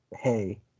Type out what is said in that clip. hey